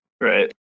right